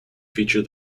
feature